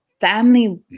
family